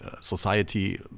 society